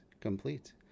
complete